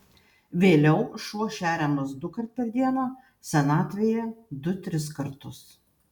vėliau šuo šeriamas dukart per dieną senatvėje du tris kartus